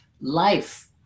Life